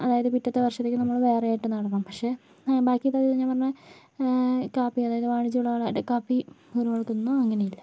അതായത് പിറ്റത്തെ വർഷത്തേക്ക് നമ്മൾ വേറെ ആയിട്ട് നടണം പക്ഷേ ബാക്കിയുള്ളത് ഞാൻ പറഞ്ഞ കാപ്പി അതായത് വാണിജ്യ വിളകളായിട്ട് കാപ്പി കുരുമുളകൊന്നും അങ്ങനെയില്ല